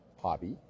Hobby